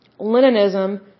Leninism